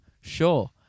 Sure